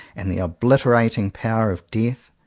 and the obliterating power of death.